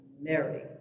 Mary